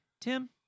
Tim